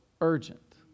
urgent